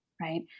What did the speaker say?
right